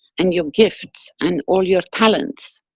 and your gifts, and all your talents.